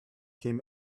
him